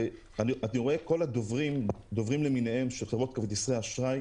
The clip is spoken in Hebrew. אני רואה שהדוברים של חברות כרטיסי האשראי,